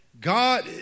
God